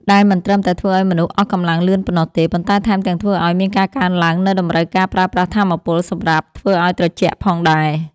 ដែលមិនត្រឹមតែធ្វើឱ្យមនុស្សអស់កម្លាំងលឿនប៉ុណ្ណោះទេ ប៉ុន្តែថែមទាំងធ្វើឱ្យមានការកើនឡើងនូវតម្រូវការប្រើប្រាស់ថាមពលសម្រាប់ធ្វើឱ្យត្រជាក់ផងដែរ។